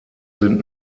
sind